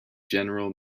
general